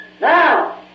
Now